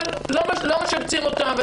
אבל לא משבצים אותן.